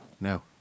no